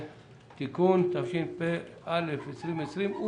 (תיקון), התש"ף-2020.